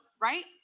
Right